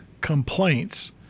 complaints